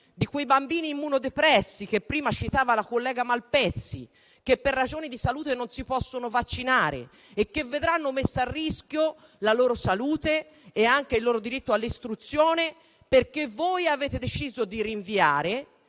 di quei bambini immunodepressi, che prima citava la collega Malpezzi, che per ragioni di salute non si possono vaccinare e che vedranno messa a rischio la loro salute e anche il loro diritto all'istruzione, perché voi avete deciso di rinviare,